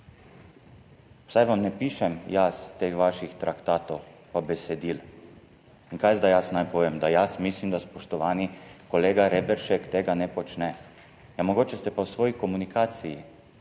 Saj vam ne pišem jaz teh vaših traktatov in besedil. Kaj naj zdaj jaz povem, da jaz mislim, da spoštovani kolega Reberšek tega ne počne? Mogoče ste pa v svoji komunikaciji